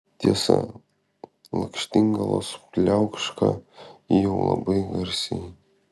tiesa lakštingalos pliauška jau labai garsiai